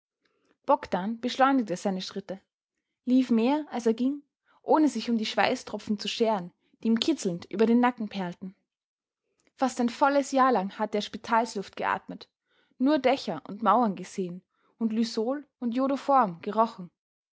bogdn beschleunigte seine schritte lief mehr als er ging ohne sich um die schweißtropfen zu scheren die ihm kitzelnd über den nacken perlten fast ein volles jahr lang hatte er spitalsluft geatmet nur dächer und mauern gesehen und lysol und jodoform gerochen